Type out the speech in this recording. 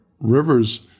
Rivers